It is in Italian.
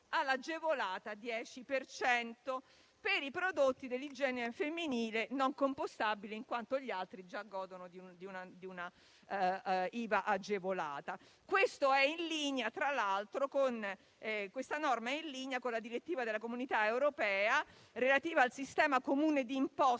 all'agevolata al 10 per cento, per i prodotti dell'igiene femminile non compostabili, in quanto gli altri già godono di una IVA agevolata. Questo è in linea, tra l'altro, con la direttiva della Comunità europea relativa al sistema comune d'imposta